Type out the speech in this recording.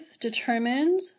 determined